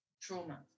trauma